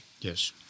Yes